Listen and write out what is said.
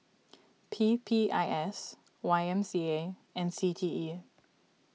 P P I S Y M C A and C T E